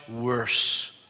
worse